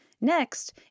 Next